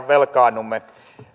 velkaannumme